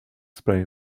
spray